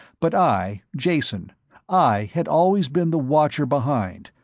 but i, jason i had always been the watcher behind,